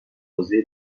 بازی